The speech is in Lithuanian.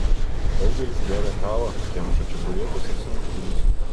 daugelis geria kavą kemša čeburekus ir sumuštinius